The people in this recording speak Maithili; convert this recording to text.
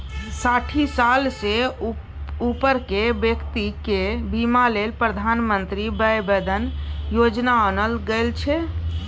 साठि साल सँ उपरक बेकती केर बीमा लेल प्रधानमंत्री बय बंदन योजना आनल गेल छै